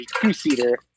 two-seater